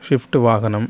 shift வாகனம்